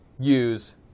use